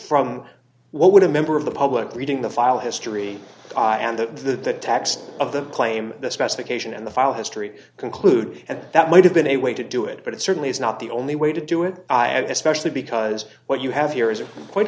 from what would a member of the public reading the file history and the text of the claim the specification in the file history conclude and that might have been a way to do it but it certainly is not the only way to do it i especially because what you have here is quite